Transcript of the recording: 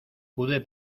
pude